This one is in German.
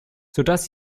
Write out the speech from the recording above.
sodass